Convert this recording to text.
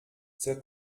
the